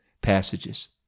passages